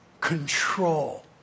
control